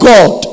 God